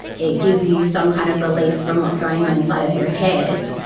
it gives you some kind of relief from what's going on inside of your head,